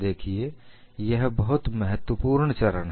देखिए यह बहुत महत्वपूर्ण चरण है